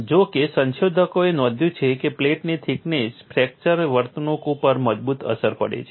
જો કે સંશોધકોએ નોંધ્યું છે કે પ્લેટની થિકનેસ ફ્રેક્ચર વર્તણૂક ઉપર મજબૂત અસર પડે છે